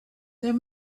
there